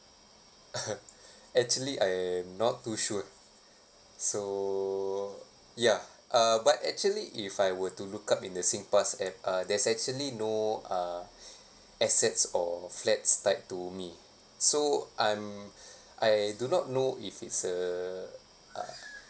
actually I am not too sure so ya uh but actually if I were to look up in the singpass and uh there's actually no um assets or flats tied to me so I'm I do not know if it's uh uh